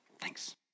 Thanks